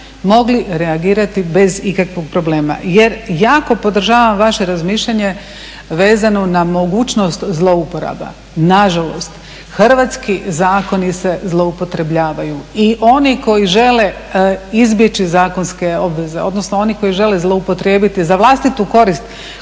mogli reagirati bez ikakvog problema. Jer jako podržavam vaše razmišljanje vezano na mogućnosti zlouporaba. Nažalost hrvatski zakoni se zloupotrjebljavaju. I oni koji žele izbjeći zakonske obveze odnosno oni koji žele zloupotrijebiti za vlastitu korist